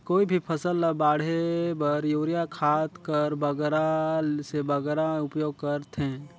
कोई भी फसल ल बाढ़े बर युरिया खाद कर बगरा से बगरा उपयोग कर थें?